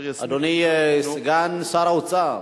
אדוני סגן שר האוצר,